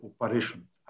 operations